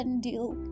deal